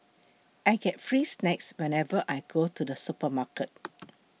I get free snacks whenever I go to the supermarket